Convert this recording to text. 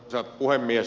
arvoisa puhemies